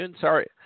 Sorry